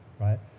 Right